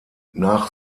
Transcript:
nach